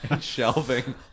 shelving